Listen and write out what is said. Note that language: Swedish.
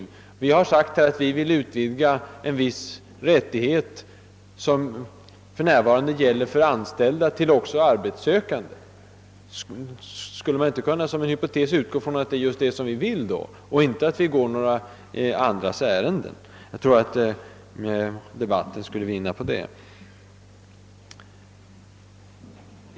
Vi motionärer och reservanter har sagt att vi vill utvidga den rättighet, som de anställda för närvarande har, till att omfatta även arbetssökan de. Skulle man då inte som en hypotes kunna utgå från att det är just detta vi vill att vi inte går några andras ärenden? Jag tror att debatten skulle vinna på det.